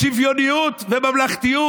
יש שוויוניות וממלכתיות.